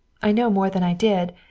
i know more than i did.